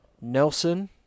Nelson